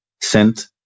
sent